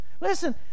Listen